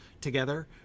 together